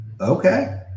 Okay